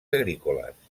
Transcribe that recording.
agrícoles